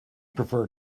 prefer